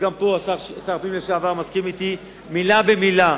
גם פה שר הפנים לשעבר מסכים אתי מלה במלה,